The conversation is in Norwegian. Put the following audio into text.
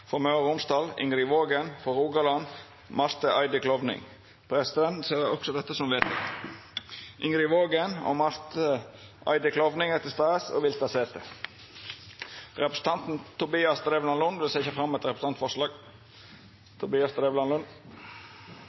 for å møta i permisjonstida: For Hordaland: Sigbjørn Framnes For Møre og Romsdal: Ingrid Waagen For Rogaland: Marte Eide Klovning Ingrid Waagen og Marte Eide Klovning er til stades og vil ta sete. Representanten Tobias Drevland Lund vil setja fram eit representantforslag.